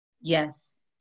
Yes